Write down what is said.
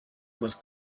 was